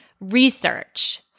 research